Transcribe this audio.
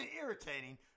irritating